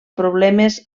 problemes